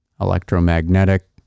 electromagnetic